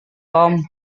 tom